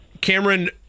Cameron